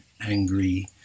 angry